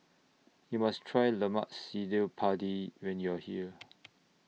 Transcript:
YOU must Try Lemak Cili Padi when YOU Are here